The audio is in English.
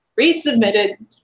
resubmitted